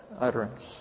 utterance